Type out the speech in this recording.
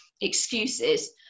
excuses